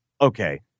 okay